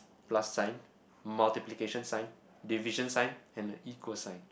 plus sign multiplication sign division sign and a equal sign